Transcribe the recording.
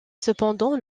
cependant